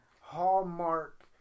hallmark